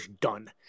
done